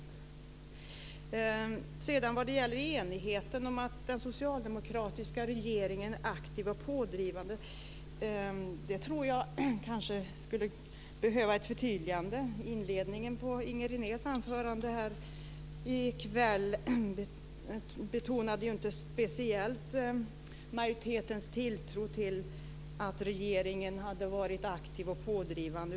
Jag tror att uttalandet om att det råder enighet om att den socialdemokratiska regeringen är aktiv och pådrivande skulle behöva ett förtydligande. Inledningen på Inger Renés anförande här i kväll betonade ju inte speciellt majoritetens uppfattning att regeringen har varit aktiv och pådrivande.